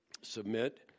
submit